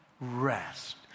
rest